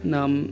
Nam